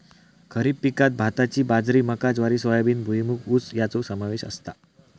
खरीप पिकांत भाताची बाजरी मका ज्वारी सोयाबीन भुईमूग ऊस याचो समावेश असता